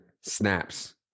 snaps